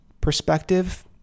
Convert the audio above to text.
perspective